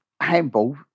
Handball